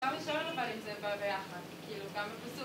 גם לשאול דברים זה בא ביחד, כאילו גם בפסוק